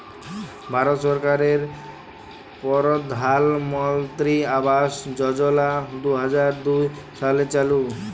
ভারত সরকারের পরধালমলত্রি আবাস যজলা দু হাজার দু সালে চালু